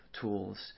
tools